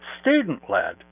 student-led